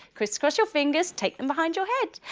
criss cross your fingers, take them behind your head.